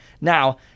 Now